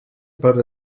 per